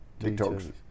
Tiktoks